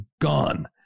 gone